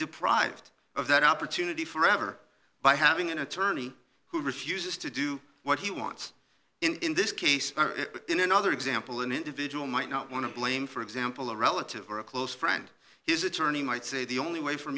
deprived of that opportunity for ever by having an attorney who refuses to do what he wants in this case in another example an individual might not want to blame for example a relative or a close friend his attorney might say the only way for